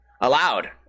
allowed